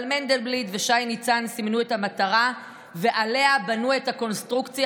אבל מנדלבליט ושי ניצן סימנו את המטרה ועליה בנו את הקונסטרוקציה